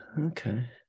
okay